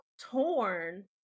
torn